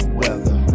weather